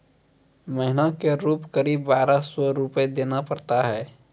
महीना के रूप क़रीब बारह सौ रु देना पड़ता है?